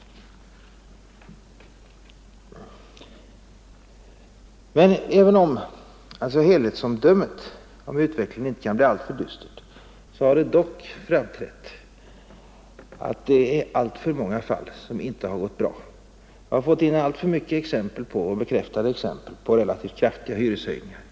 Även om helhetsomdömet av utvecklingen alltså inte är alltför dystert har det dock framträtt att det i många fall inte har gått bra. Vi har fått alltför många och bestyrkta exempel på relativt kraftiga hyreshöjningar.